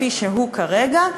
כפי שהוא כרגע,